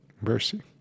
mercy